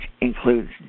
includes